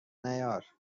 نیار